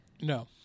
no